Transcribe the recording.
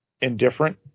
indifferent